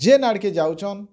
ଯେନ୍ ଆଡ଼୍ କେ ଯାଉଛନ୍